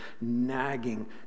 nagging